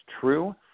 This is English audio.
true